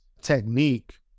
technique